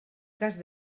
cas